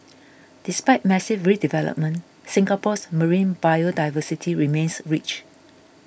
despite massive redevelopment Singapore's marine biodiversity remains rich